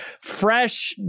fresh